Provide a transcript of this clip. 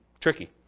tricky